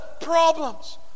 problems